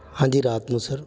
ਹਾਂਜੀ ਰਾਤ ਨੂੰ ਸਰ